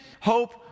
hope